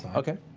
ah okay.